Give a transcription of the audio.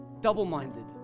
double-minded